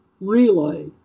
relay